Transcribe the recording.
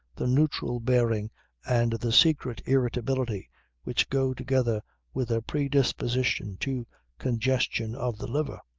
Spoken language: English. the neutral bearing and the secret irritability which go together with a predisposition to congestion of the liver.